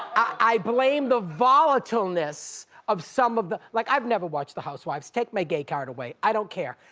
i blame the volatileness of some of them. like i've never watched the housewives. take my gay card away, i don't care,